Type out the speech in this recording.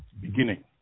beginning